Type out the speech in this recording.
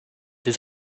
des